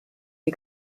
die